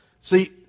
See